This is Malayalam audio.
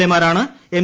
എ മാരാണ് എം